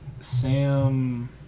Sam